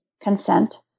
consent